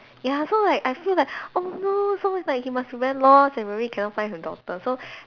ya so like I feel like oh no so he like must be very lost and maybe cannot find her daughter so